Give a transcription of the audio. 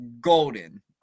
golden